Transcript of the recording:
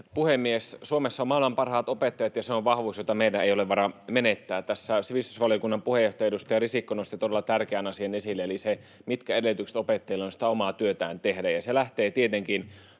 Suomessa on maailman parhaat opettajat, ja se on vahvuus, jota meidän ei ole vara menettää. Tässä sivistysvaliokunnan puheenjohtaja, edustaja Risikko nosti todella tärkeän asian esille eli sen, mitkä edellytykset opettajilla on sitä omaa työtään tehdä.